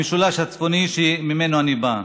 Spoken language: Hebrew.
המשולש הצפוני שממנו אני בא.